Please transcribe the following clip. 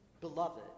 beloved